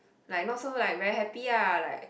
like not so like very happy lah like